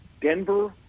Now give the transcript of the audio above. Denver